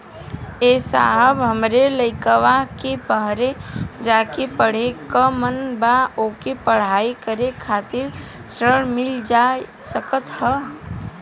ए साहब हमरे लईकवा के बहरे जाके पढ़े क मन बा ओके पढ़ाई करे खातिर ऋण मिल जा सकत ह?